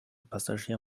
passagier